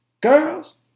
girls